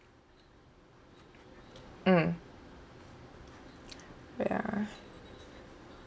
mm ya